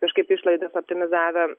kažkaip išlaidas optimizavę